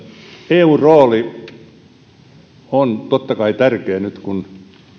eun rooli on totta kai tärkeä nyt kun